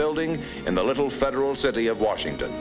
building in the little federal city of washington